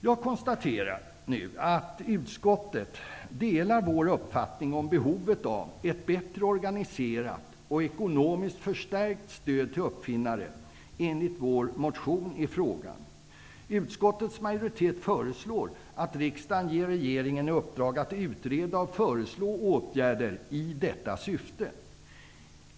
Jag konstaterar att utskottet delar Ny demokratis uppfattning om behovet av ett bättre organiserat och ekonomiskt förstärkt stöd till uppfinnare enligt vår motion i frågan. Utskottets majoritet föreslår riksdagen att ge regeringen i uppdrag att utreda detta och komma med förslag om åtgärder.